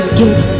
get